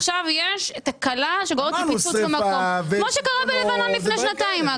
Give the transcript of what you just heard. עכשיו יש תקלה שגורמת לפיצוץ במקום כמו שקרה בלבנון לפני שנתיים,